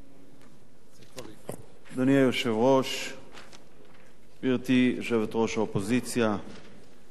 אדוני היושב-ראש, גברתי יושבת-ראש האופוזיציה,